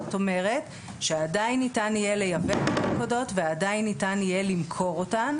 זאת אומרת שעדיין ניתן יהיה לייבא מלכודות ועדיין ניתן יהיה למכור אותן.